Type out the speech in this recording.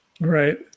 Right